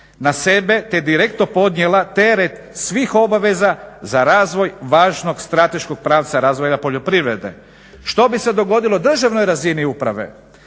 na sebe te direktno podnijela teret svih obaveza za razvoj važnog strateškog pravca, razvoja poljoprivrede. Što bi se dogodilo državnoj razini uprave,